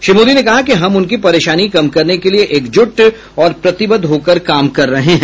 श्री मोदी ने कहा कि हम उनकी परेशानी कम करने के लिए एकजुट और प्रतिबद्ध होकर काम कर रहे हैं